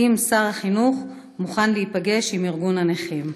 2. האם שר החינוך מוכן להיפגש עם ארגון הנכים?